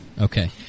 Okay